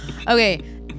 Okay